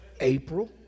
April